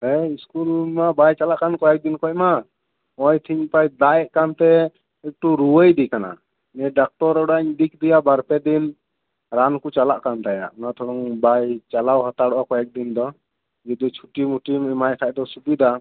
ᱦᱮᱸ ᱤᱥᱠᱩᱞ ᱢᱟ ᱵᱟᱭ ᱪᱟᱞᱟᱜ ᱠᱟᱱ ᱠᱚᱭᱮᱠ ᱫᱤᱱ ᱠᱷᱚᱱ ᱢᱟ ᱱᱚᱜᱼᱚᱭ ᱛᱮᱦᱮᱧᱼᱜᱟᱯᱟᱭ ᱫᱟᱜ ᱮᱫ ᱠᱟᱱᱛᱮ ᱮᱠᱴᱩ ᱨᱣᱟᱹᱭᱮᱫᱮ ᱠᱟᱱᱟ ᱰᱟᱠᱛᱚᱨ ᱚᱲᱟᱧ ᱤᱫᱤ ᱠᱮᱫᱮᱭᱟ ᱵᱟᱨᱼᱯᱮ ᱫᱤᱱ ᱨᱟᱱ ᱠᱚ ᱪᱟᱞᱟᱜ ᱠᱟᱱ ᱛᱟᱭᱟ ᱚᱱᱟ ᱛᱷᱚᱲᱚᱜ ᱵᱟᱭ ᱪᱟᱞᱟᱣ ᱦᱟᱛᱟᱣᱚᱜᱼᱟ ᱠᱚᱭᱮᱠ ᱫᱤᱱ ᱫᱚ ᱡᱩᱫᱤ ᱪᱷᱩᱴᱤᱢᱩᱴᱤᱢ ᱮᱢᱟᱭ ᱠᱷᱟᱱ ᱫᱚ ᱥᱩᱵᱤᱫᱷᱟᱜᱼᱟ